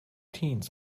teens